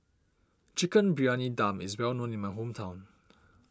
Chicken Briyani Dum is well known in my hometown